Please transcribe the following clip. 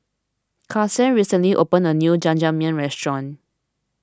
Karson recently opened a new Jajangmyeon restaurant